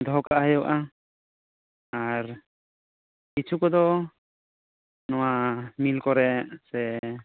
ᱫᱚᱦᱚᱠᱟᱜ ᱦᱩᱭᱩᱜᱼᱟ ᱟᱨ ᱠᱤᱪᱷᱩ ᱠᱚᱫᱚ ᱱᱚᱣᱟ ᱢᱤᱞ ᱠᱚᱨᱮ ᱥᱮ